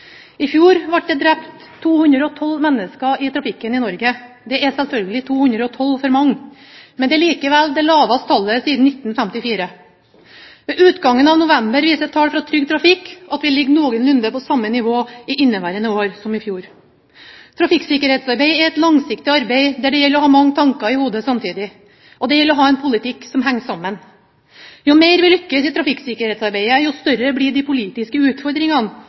I fjor ble det drept 212 mennesker i trafikken i Norge. Det er selvfølgelig 212 for mange, men det er likevel det laveste tallet siden 1954. Ved utgangen av november viser tall fra Trygg Trafikk at vi ligger noenlunde på samme nivå i inneværende år som i fjor. Trafikksikkerhetsarbeid er et langsiktig arbeid, der det gjelder å ha mange tanker i hodet samtidig, og det gjelder å ha en politikk som henger sammen. Jo mer vi lykkes i trafikksikkerhetsarbeidet, jo større blir de politiske utfordringene